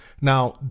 Now